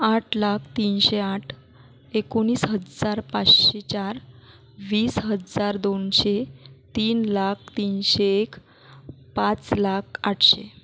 आठ लाख तीनशे आठ एकोणीस हजार पाचशे चार वीस हजार दोनशे तीन लाख तीनशे एक पाच लाख आठशे